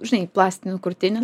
žinai plastinių krūtinės